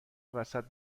وسط